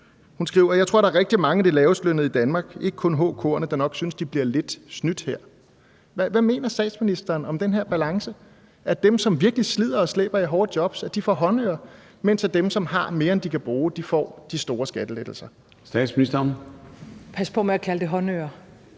Hun siger: »Jeg tror, at rigtig mange af de lavest lønnede i Danmark - ikke kun HK'erne - de nok synes, at de bliver snydt lidt her«. Hvad mener statsministeren om den her balance, altså at dem, som virkelig slider og slæber i hårde job, får håndører, mens dem, som har mere, end de kan bruge, får de store skattelettelser? Kl. 14:10 Formanden (Søren